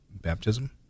baptism